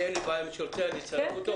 אין לי בעיה, מי שירצה אצרף אותו.